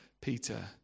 Peter